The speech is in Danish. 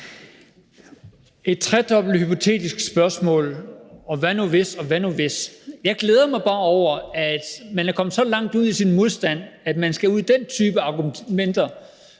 et tredobbelt hypotetisk spørgsmål, hvor man siger »hvad nu hvis, og hvad nu hvis«. Jeg glæder mig bare over, at man er kommet så langt ud i sin modstand, at man skal ud i den type argumentation